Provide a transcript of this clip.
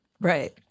Right